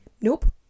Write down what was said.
Nope